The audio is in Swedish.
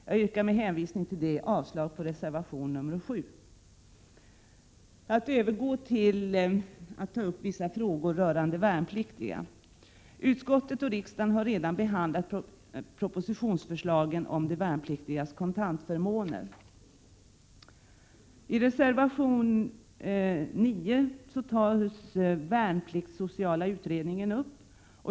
Jag yrkar med hänvisning till detta avslag på reservation nr 7. Jag övergår nu till att ta upp vissa frågor rörande värnpliktiga. Utskottet och kammaren har redan behandlat propositionsförslagen om de värnpliktigas kontantförmåner. I reservation nr 9 tas den värnpliktssociala utredningen upp.